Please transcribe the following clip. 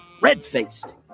red-faced